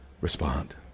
respond